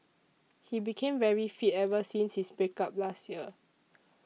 he became very fit ever since his break up last year